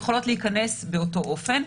יכולות להיכנס באותו אופן.